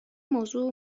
موضوع